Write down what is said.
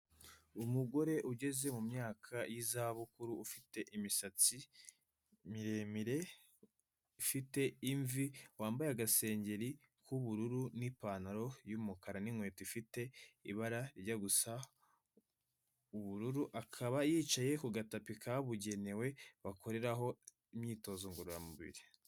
Umugore ugeze mu myaka y'izabukuru ufite imisatsi miremire ifite imvi, wambaye agasengeri k'ubururu n'ipantaro y'umukara n'inkweto ifite ibara rijya gusa ubururu, akaba yicaye ku gatapi kabugenewe bakoreraho imyitozo ngororamubiri.